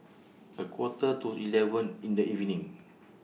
A Quarter to eleven in The evening